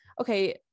okay